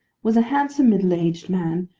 was a handsome middle-aged man,